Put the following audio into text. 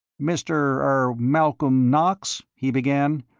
mr er malcolm knox? he began,